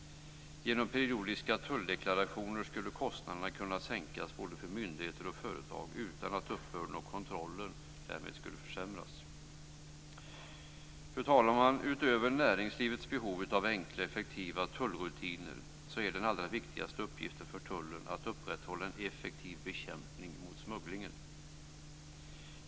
Genom periodiska tulldeklarationer skulle kostnaderna kunna sänkas för både myndigheter och företag utan att uppbörden och kontrollen därmed skulle försämras. Fru talman! Utöver näringslivets behov av enkla och effektiva tullrutiner är den allra viktigaste uppgiften för tullen att upprätthålla en effektiv bekämpning av smugglingen.